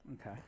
Okay